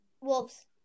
Wolves